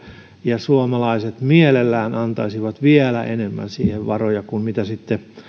ja suomalaiset mielellään antaisivat vielä enemmän siihen varoja kuin mitä